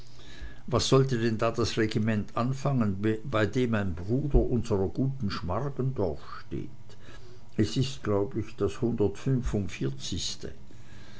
was sollte denn da das regiment anfangen bei dem ein bruder unsrer guten schmargendorf steht es ist glaube ich das hundertfünfundvierzigste